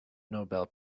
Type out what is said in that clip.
nobel